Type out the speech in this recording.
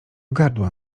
gardła